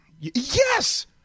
Yes